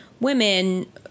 women